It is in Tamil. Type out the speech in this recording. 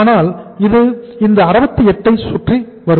ஆனால் இது இந்த 68 ஐ சுற்றி வரும்